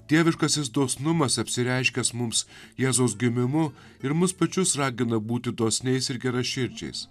dieviškasis dosnumas apsireiškęs mums jėzaus gimimu ir mus pačius ragina būti dosniais ir geraširdžiais